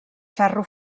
ferro